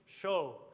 show